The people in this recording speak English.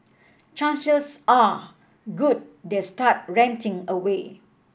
chances are good they start ranting away